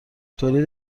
تولید